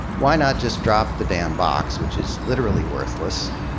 why not just drop the damn box, which is literally worthless,